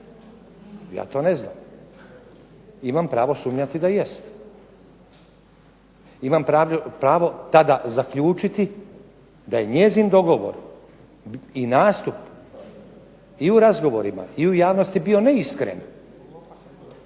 Ja to ne znam. Imam pravo sumnjati da jest. Imam pravo tada zaključiti da je njezin dogovor i nastup i u razgovorima i u javnosti bio neiskren.